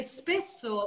spesso